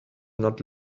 not